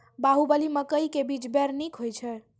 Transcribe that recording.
बाहुबली मकई के बीज बैर निक होई छै